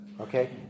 Okay